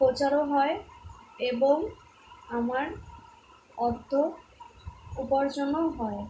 প্রচারও হয় এবং আমার অর্থ উপার্জনও হয়